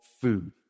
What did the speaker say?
food